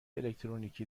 الکترونیکی